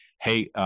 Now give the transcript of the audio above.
hey